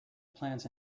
plants